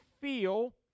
feel